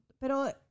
pero